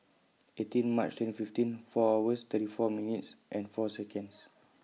eighteen March twenty fifteen four hours thirty four minutes and four Seconds